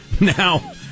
Now